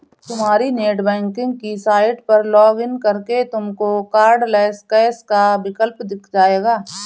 तुम्हारी नेटबैंकिंग की साइट पर लॉग इन करके तुमको कार्डलैस कैश का विकल्प दिख जाएगा